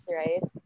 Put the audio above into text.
right